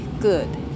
good